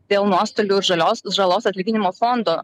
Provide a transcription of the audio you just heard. dėl nuostolių žalios žalos atlyginimo fondo